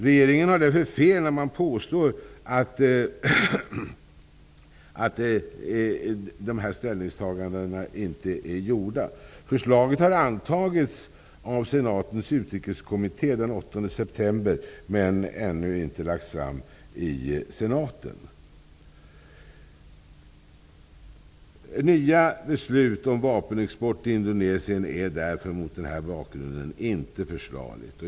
Regeringen har därför fel när den påstår att dessa ställningstaganden inte har gjorts. Förslaget har antagits av senatens utrikeskommitté den 8 september, men ännu inte lagts fram i senaten. Nya beslut om vapenexport till Indonesien är därför mot denna bakgrund inte försvarliga.